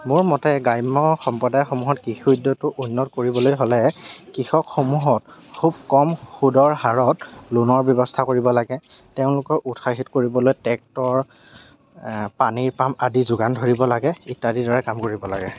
মোৰ মতে গ্ৰাম্য সম্প্ৰদায়সমূহত কৃষি উদ্যোগটো উন্নত কৰিবলৈ হ'লে কৃষকসমূূহক খুব ক'ম সুদৰ হাৰত লোনৰ ব্য়ৱস্থা কৰিব লাগে তেওঁলোকক উৎসাহিত কৰিবলৈ ট্ৰেক্টৰ পানীৰ পাম আদিৰ যোগান ধৰিব লাগে ইত্যাদিৰ দৰে কাম কৰিব লাগে